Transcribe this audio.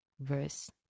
verse